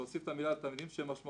להוסיף את המילה "לתלמידים" "שמשמעו,